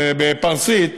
בפרסית,